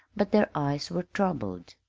but their eyes were troubled.